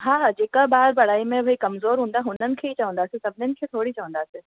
हा जेका ॿार पढ़ाई में भई कमज़ोर हूंदा हुननि खे ई चवंदासीं सभिनिनि खे थोरी चवंदासीं